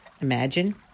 Imagine